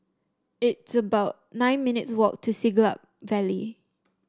it's about nine minutes' walk to Siglap Valley